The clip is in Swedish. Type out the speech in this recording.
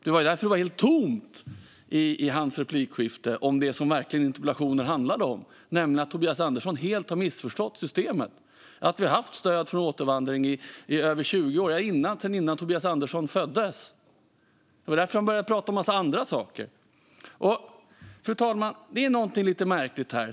Det var därför det var helt tomt i hans replikskifte om det som interpellationen verkligen handlar om, nämligen att Tobias Andersson helt har missförstått systemet och att vi har haft stöd för återvandring i över 20 år, sedan innan Tobias Andersson föddes. Det var därför han började prata om en massa andra saker. Fru talman! Det är något som är lite märkligt här.